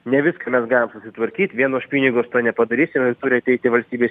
ne viską mes galim susitvarkyt vien už pinigus to nepadarysi na ir turi ateiti valstybės